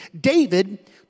David